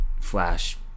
Flash